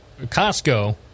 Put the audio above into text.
Costco